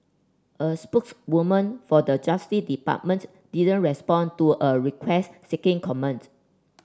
a spokeswoman for the Justice Departments didn't respond to a request seeking comments